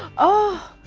oh!